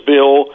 Bill